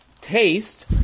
Taste